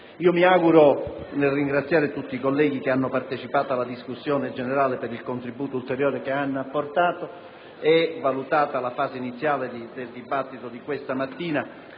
opposizione. Nel ringraziare tutti i colleghi che hanno partecipato alla discussione generale per il contributo ulteriore che hanno apportato e valutata la fase iniziale del dibattito di questa mattina,